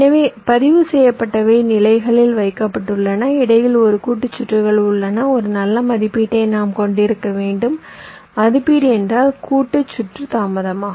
எனவே பதிவுசெய்யப்பட்டவை நிலைகளில் வைக்கப்பட்டுள்ளன இடையில் ஒரு கூட்டு சுற்றுகள் உள்ளன ஒரு நல்ல மதிப்பீட்டை நாம் கொண்டிருக்க வேண்டும் மதிப்பீடு என்றால் கூட்டு சுற்று தாமதமாகும்